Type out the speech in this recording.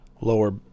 lower